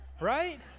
right